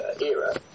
era